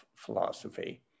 philosophy